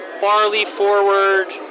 barley-forward